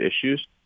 issues